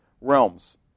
realms